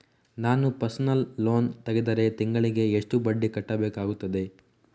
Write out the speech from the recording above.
ನಾನು personal loan ತೆಗೆದರೆ ತಿಂಗಳಿಗೆ ಎಷ್ಟು ಬಡ್ಡಿ ಕಟ್ಟಬೇಕಾಗುತ್ತದೆ?